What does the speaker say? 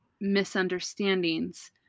misunderstandings